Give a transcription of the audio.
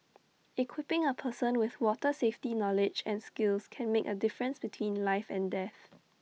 equipping A person with water safety knowledge and skills can make A difference between life and death